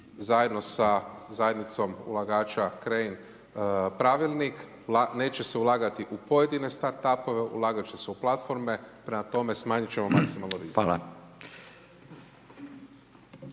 zajedno sa zajednicom ulagača …/Govornik se ne razumije./… pravilnik, neće se ulagati u pojedine s satrtupove ulagati će se u platforme, prema tome smanjiti ćemo maksimalno rizik.